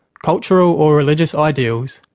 cultural or religious ideals,